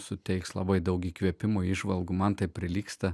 suteiks labai daug įkvėpimo įžvalgų man tai prilygsta